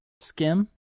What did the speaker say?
Skim